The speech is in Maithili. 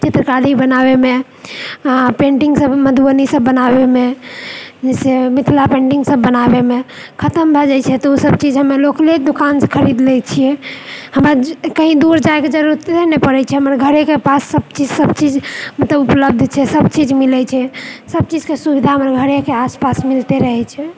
चित्रकारी बनाबएमे आ पैंटिङ्ग सभ मधुबनी सभ बनाबएमे जैसे मिथिला पैंटिङ्ग सभ बनाबएमे खतम भए जाइत छै तऽ ओ सभ चीज हम लोकले दोकानसँ खरीद लए छिऐ हमरा कही दूर जाएकऽ जरुरते नहि पड़ैत छै हमर घरेके पास सब चीज ई सब चीज मतलब उपलब्ध छै सबचीज मिलैत छै सब चीजके सुविधा हमर घरेके आसपास मिलते रहैत छै